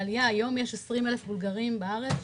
יש היום 20,000 בולגרים בארץ,